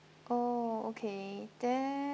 orh okay then